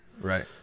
right